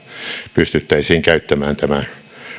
pystyttäisiin käyttämään tämä